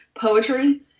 poetry